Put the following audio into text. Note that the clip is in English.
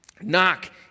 Knock